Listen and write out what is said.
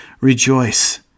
Rejoice